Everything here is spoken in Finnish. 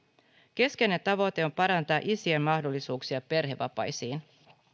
keskeinen tavoite on parantaa isien mahdollisuuksia perhevapaisiin